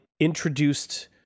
Introduced